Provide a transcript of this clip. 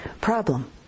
problem